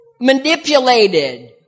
Manipulated